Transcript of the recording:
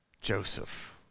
Joseph